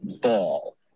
ball